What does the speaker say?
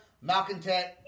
Malcontent